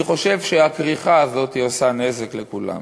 אני חושב שהכריכה הזאת עושה נזק לכולם.